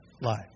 life